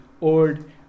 old